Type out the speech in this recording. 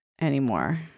anymore